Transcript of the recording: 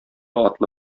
атлы